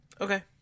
Okay